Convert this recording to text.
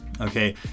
Okay